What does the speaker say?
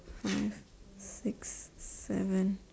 five six seven